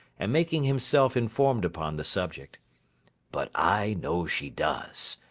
and making himself informed upon the subject but i know she does.